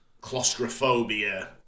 claustrophobia